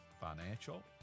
financial